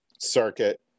circuit